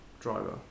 driver